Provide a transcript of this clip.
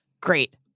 great